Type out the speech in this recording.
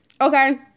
okay